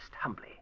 humbly